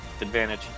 Advantage